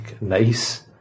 nice